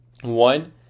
One